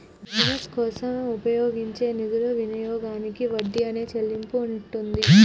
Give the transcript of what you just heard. business కోసం ఉపయోగించే నిధుల వినియోగానికి వడ్డీ అనే చెల్లింపు ఉంటుంది